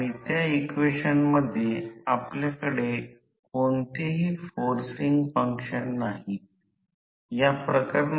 त्याला ns n असे म्हणतात स्लिप वेग आणि हा समकक्ष वेग